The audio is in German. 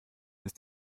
ist